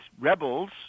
rebels